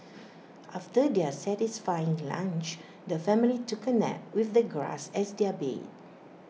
after their satisfying lunch the family took A nap with the grass as their bed